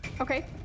Okay